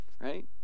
Right